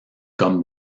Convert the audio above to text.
comme